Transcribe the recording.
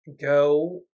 go